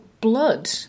blood